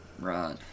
Right